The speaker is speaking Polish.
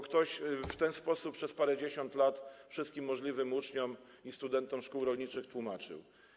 Ktoś w ten sposób przez parędziesiąt lat wszystkim możliwym uczniom i studentom szkół rolniczych tak to tłumaczył.